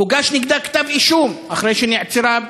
הוגש נגדה כתב-אישום, אחרי שנעצרה,